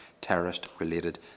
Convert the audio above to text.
terrorist-related